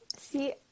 See